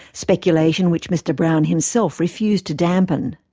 speculation which mr brown himself refused to dampen.